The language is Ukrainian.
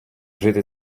жити